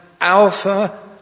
Alpha